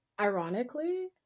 Ironically